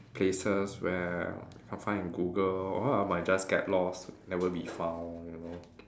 places where I'll find in Google or I might just get lost never be found you know